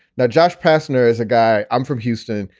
now, josh pazner is a guy. i'm from houston.